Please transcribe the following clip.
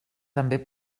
també